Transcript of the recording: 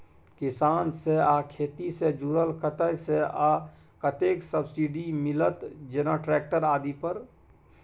किसान से आ खेती से जुरल कतय से आ कतेक सबसिडी मिलत, जेना ट्रैक्टर आदि पर?